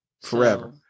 forever